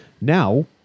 Now